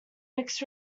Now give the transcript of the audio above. mixed